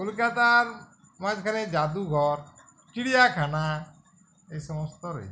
কলকাতার মাঝখানে জাদুঘর চিড়িয়াখানা এই সমস্ত রয়েছে